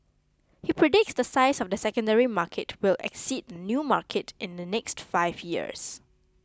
he predicts the size of the secondary market will exceed the new market in the next five years